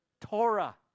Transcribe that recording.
Torah